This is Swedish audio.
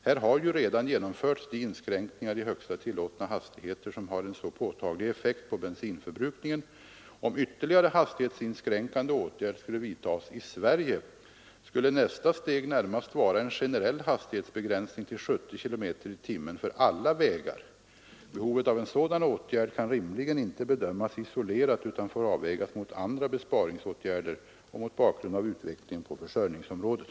Här har ju redan genomförts de inskränkningar i högsta tillåtna hastigheter som har en så påtaglig effekt på bensinförbrukningen. Om ytterligare hastighetsinskränkande åtgärd skulle vidtas i Sverige, skulle nästa steg närmast vara en generell hastighetsbegränsning till 70 km/tim för alla vägar. Behovet av en sådan åtgärd kan rimligen inte bedömas isolerat utan får avvägas mot andra besparingsåtgärder och mot bakgrund av utvecklingen på försörjningsområdet.